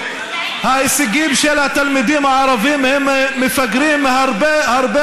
ההישגים של התלמידים הערבים הם מפגרים הרבה